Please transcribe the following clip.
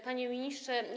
Panie Ministrze!